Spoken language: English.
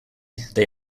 they